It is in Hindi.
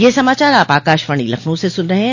ब्रे क यह समाचार आप आकाशवाणी लखनऊ से सुन रहे हैं